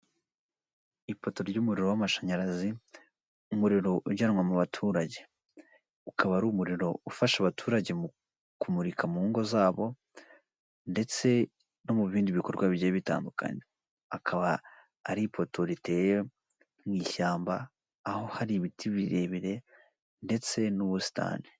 Ipoto ry'umuriro w'amashanyarazi umuriro ujyanwa mu baturage, ukaba ari umuriro ufasha abaturage mu kumurika mu ngo zabo ndetse no mu bindi bikorwa bigiye bitandukanye, akaba ari ipoto riteye mu ishyamba aho hari ibiti birebire ndetse n'ubusitani.